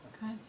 Good